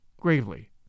gravely